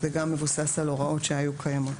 גם זה מבוסס על הוראות שהיו קיימות.